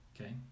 okay